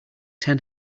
ten